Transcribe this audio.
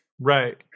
right